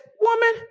Woman